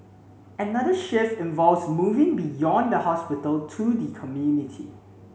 another shift involves moving beyond the hospital to the community